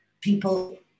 people